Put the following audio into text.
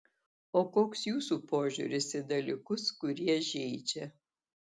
o koks jūsų požiūris į dalykus kurie žeidžia